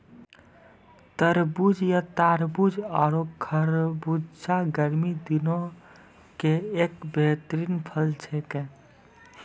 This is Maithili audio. तरबूज या तारबूज आरो खरबूजा गर्मी दिनों के एक बेहतरीन फल छेकै